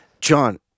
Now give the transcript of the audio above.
john